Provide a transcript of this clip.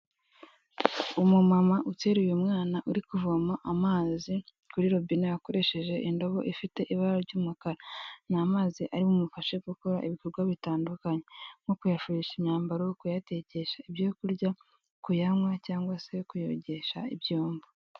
Umumama utera umwana, uri kuvoma amazi kuri robine akoresheje indobo ifite ibara ry'umukara, ni amazi ari bumufashe gukora ibikorwa bitandukanye, nko kuyafurisha imyambaro, kuyatekesha ibyo kurya, kuyanywa cyangwa se kuyogesha ibyombo.